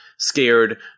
scared